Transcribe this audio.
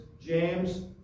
James